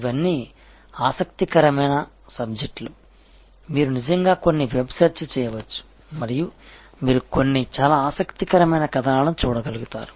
ఇవన్నీ ఆసక్తికరమైన సబ్జెక్ట్లు మీరు నిజంగా కొన్ని వెబ్ సెర్చ్ చేయవచ్చు మరియు మీరు కొన్ని చాలా ఆసక్తికరమైన కథనాలను చూడగలుగుతారు